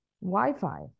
Wi-Fi